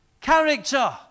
Character